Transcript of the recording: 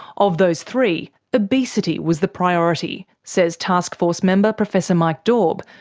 of those three, obesity was the priority, says taskforce member professor mike daube,